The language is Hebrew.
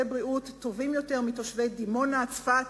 בריאות טובים יותר מתושבי דימונה או צפת,